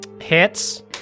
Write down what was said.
hits